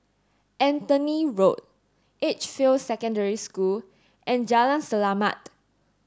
Anthony Road Edgefield Secondary School and Jalan Selamat